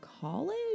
college